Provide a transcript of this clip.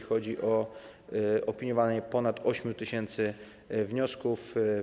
Chodzi o opiniowanie ponad 8 tys. wniosków.